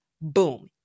Boom